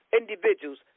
individuals